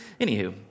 anywho